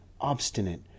obstinate